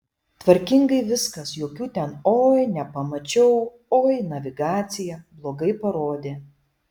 tvarkingai viskas jokių ten oi nepamačiau oi navigacija blogai parodė